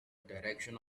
direction